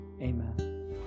Amen